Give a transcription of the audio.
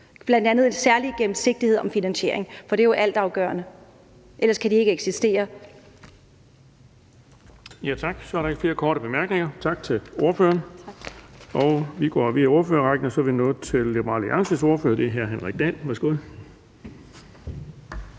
bl.a. en særlig gennemsigtighed om finansieringen. For det er jo altafgørende. Ellers kan de ikke eksistere.